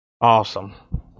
awesome